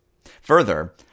Further